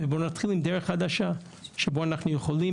ובואו נתחיל עם דרך חדשה שבה אנחנו יכולים